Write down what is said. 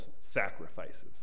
sacrifices